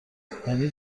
یعنی